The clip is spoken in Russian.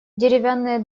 деревянная